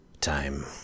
time